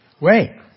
Wait